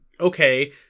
okay